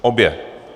Obě.